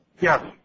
Yes